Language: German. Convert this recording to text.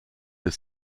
des